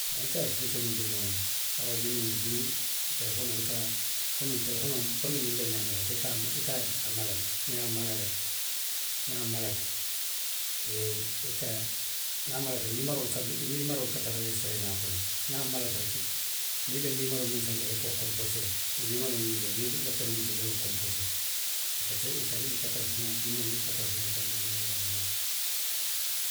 Haa nse a esipilikee noo dindiŋo ye le. Baawo dindiwŋlu bii, telefonoo i ka a, komi telefonoo, komi xiŋ be ňamiŋ rek, i ka a, ika a mala le, niŋ i ye a mala rek. niŋ a malata e i ka, niŋ a malata, niimaroolu ka duŋ ne, niimaroolu katara enresisitereeliŋ a kono le, niŋ a malata rek, niŋ i be niimaroo miŋ fenke la i ka wo konpoosee le. Niimaroo miŋ bi jee niŋ i lafita miŋ kili la i ye wo konpoosee. I ka, i ka telefonoo, i ka telefonoo yitandi dindiŋolu la wo le ňaama.